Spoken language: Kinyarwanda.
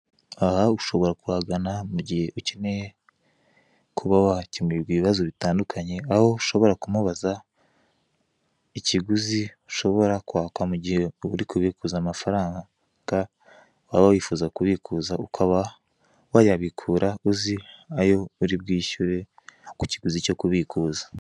Aha ushobora kuhagana mu guhe ukeneye kuba wakemurirwa ibibazo bitandukanye aho ushobora kumubaza ikiguzi ushobora kwakwa mu gihe uri kubikuza amafaranga waba wifuza kubikuza ukaba wayabikura uzi ayo uri bwishyure ku kiguzi cyo kubikuza.